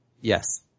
Yes